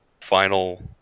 final